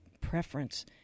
preference